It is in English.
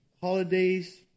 holidays